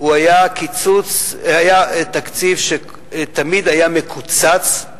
הוא היה תקציב שתמיד היה מקוצץ,